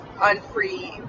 unfree